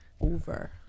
over